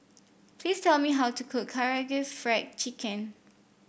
please tell me how to cook Karaage Fried Chicken